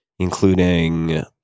including